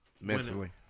Mentally